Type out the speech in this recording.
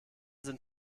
sind